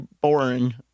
boring